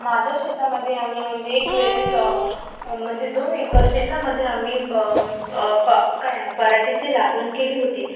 माझ्या शेतामध्ये आम्ही म्हणजे एक वेळेस म्हणजे दोन एकर शेतामध्ये आम्ही ब प काय पराठीची लागवण केली होती